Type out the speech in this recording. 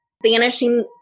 banishing